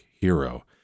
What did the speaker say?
hero